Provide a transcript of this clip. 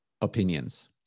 opinions